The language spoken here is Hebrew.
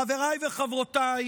חבריי וחברותיי,